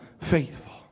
faithful